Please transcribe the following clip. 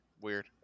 Weird